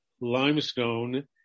limestone